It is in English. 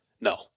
no